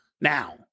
now